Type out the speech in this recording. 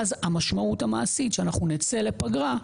ואז המשמעות המעשית, שאנחנו נצא לפגרה,